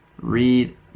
Read